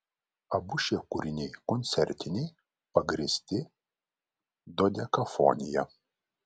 abu šie kūriniai koncertiniai pagrįsti dodekafonija